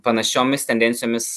panašiomis tendencijomis